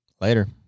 Later